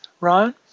Ryan